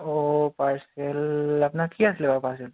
অঁ পাৰ্চেল আপোনাৰ কি আছিলে বাৰু পাৰ্চেল